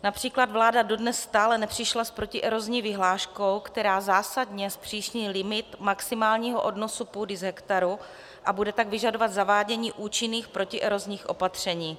Například vláda dodnes stále nepřišla s protierozní vyhláškou, která zásadně zpřísní limit maximálního odnosu půdy z hektaru, a bude tak vyžadovat zavádění účinných protierozních opatření.